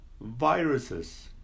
viruses